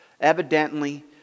Evidently